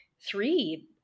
three